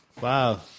Wow